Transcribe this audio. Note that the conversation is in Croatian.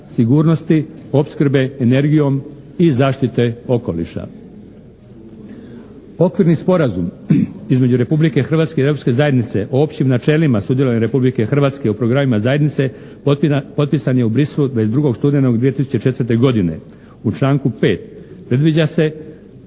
sigurnosti, opskrbe energijom i zaštite okoliša. Okvirni sporazum između Republike Hrvatske i Europske zajednice o općim načelima sudjelovanja Republike Hrvatske u programima Zajednice potpisan je u Bruxellesu 22. studenog 2004. godine. U članku 5. predviđaju se